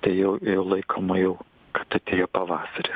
tai jau laikoma jau kad atėjo pavasaris